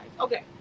Okay